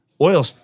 oil